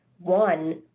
one